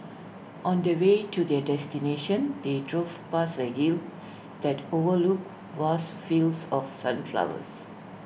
on the way to their destination they drove past A hill that overlooked vast fields of sunflowers